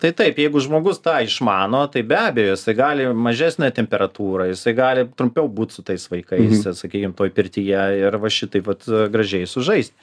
tai taip jeigu žmogus tą išmano tai be abejo jisai gali mažesnę temperatūrą jisai gali trumpiau būt su tais vaikais sakykim toj pirtyje ir va šitaip vat gražiai sužais